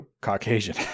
Caucasian